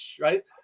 right